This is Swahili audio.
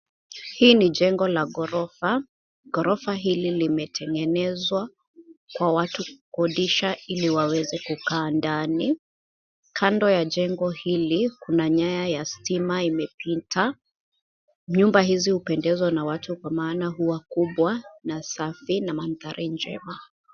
Hii ni jengo la ghorofa. Ghorofa hili limetengenezwa kwa watu kukodisha ili waweze kukaa ndani. Kando ya jengo hili kuna nyaya ya stima imepita, nyumba hizi hupendezwa na watu kwa maana huwa kubwa na safi na mandhari njema.